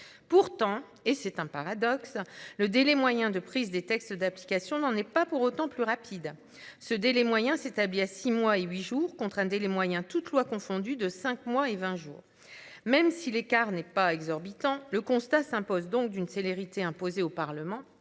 Pourtant, et c'est un paradoxe, le délai moyen de prise des textes d'application n'en est pas pour autant plus rapide. Ce délai moyen s'établit à 6 mois et 8 jours contre un des les moyens toutes lois confondues de 5 mois et 20 jours même si l'écart n'est pas exorbitant, le constat s'impose donc d'une célérité imposer au Parlement